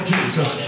Jesus